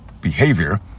behavior